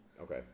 Okay